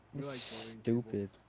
stupid